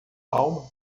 alma